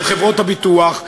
של חברות הביטוח,